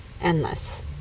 endless